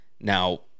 Now